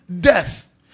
death